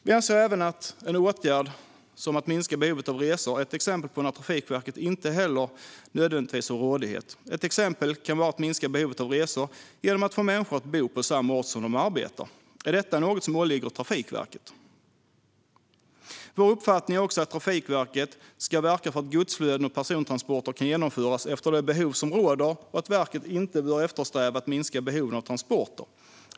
Vi anser även att en åtgärd som att minska behovet av resor är exempel på när Trafikverket inte heller nödvändigtvis har rådighet. Ett exempel kan vara att minska behovet av resor genom att få människor att bo på samma ort där de arbetar. Är detta något som åligger Trafikverket? Vår uppfattning är också att Trafikverket ska verka för att godsflöden och persontransporter kan genomföras efter de behov som råder och att verket inte bör eftersträva att minska behoven av transporter.